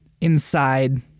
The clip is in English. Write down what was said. inside